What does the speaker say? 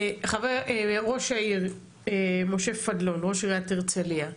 ראש העיר משה פדלון, ראש עיריית הרצליה.